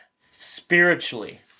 spiritually